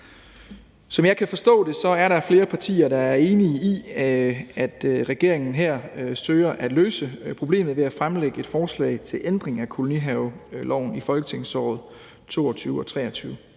Som jeg kan forstå det, er der flere partier, der er enige i, at regeringen her søger i folketingsåret 2022-23 at løse problemet ved at fremsætte et forslag til ændring af kolonihaveloven. Det er hensigten,